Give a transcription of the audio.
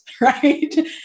right